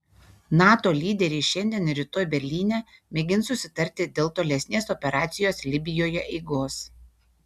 nato lyderiai šiandien ir rytoj berlyne mėgins susitarti dėl tolesnės operacijos libijoje eigos